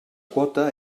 quota